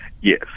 Yes